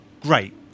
Great